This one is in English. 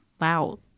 wow